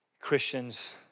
Christians